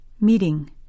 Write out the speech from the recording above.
Meeting